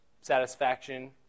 satisfaction